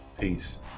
peace